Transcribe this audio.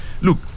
Look